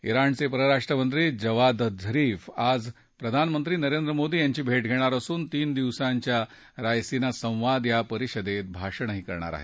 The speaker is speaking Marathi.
इराणच र्राष्ट्रमधी जवाद झरीफ आज प्रधानमंत्री नरेंद्र मोदी यांची भेट घेणार असून तीन दिवसाय्यि रायसिना संवाद या परिषदत्तभाषणही करणार आहेत